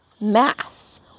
math